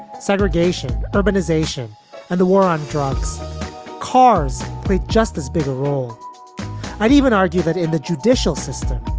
segregation, urbanization and the war on drugs cars were just as big a role i'd even argue that in the judicial system,